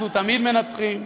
אנחנו תמיד מנצחים.